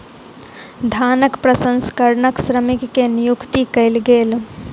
धानक प्रसंस्करणक श्रमिक के नियुक्ति कयल गेल